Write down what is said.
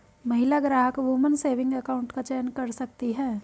महिला ग्राहक woman saving account का चयन कर सकती है